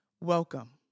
welcome